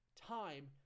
time